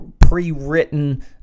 pre-written